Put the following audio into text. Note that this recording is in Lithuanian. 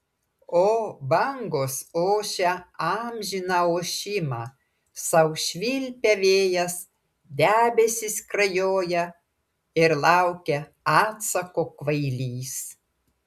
o bangos ošia amžiną ošimą sau švilpia vėjas debesys skrajoja ir laukia atsako kvailys